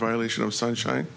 violation of sunshine